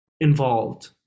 involved